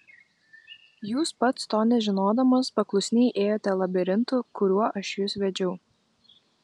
jūs pats to nežinodamas paklusniai ėjote labirintu kuriuo aš jus vedžiau